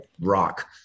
rock